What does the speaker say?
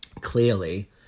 clearly